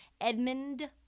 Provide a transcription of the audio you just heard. Edmund